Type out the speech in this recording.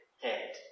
head